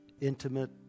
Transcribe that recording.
intimate